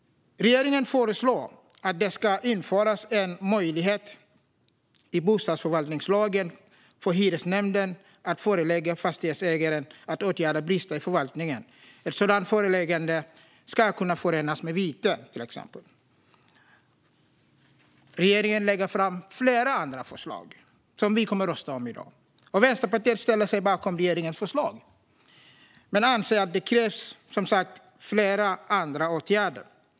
Regeringen föreslår att det i bostadsförvaltningslagen ska införas en möjlighet för hyresnämnden att förelägga en fastighetsägare att åtgärda brister i förvaltningen. Ett sådant föreläggande ska till exempel kunna förenas med vite. Regeringen lägger också fram flera andra förslag som vi kommer att rösta om i dag. Vi i Vänsterpartiet ställer oss bakom regeringens förslag men anser, som sagt, att det krävs flera andra åtgärder.